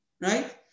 Right